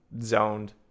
zoned